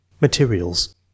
Materials